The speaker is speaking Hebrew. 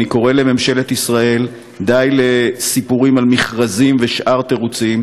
אני קורא לממשלת ישראל: די לסיפורים על מכרזים ושאר תירוצים.